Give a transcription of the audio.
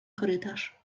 korytarz